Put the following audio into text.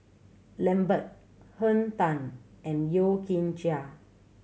Lambert Henn Tan and Yeo Kian Chai